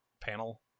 panel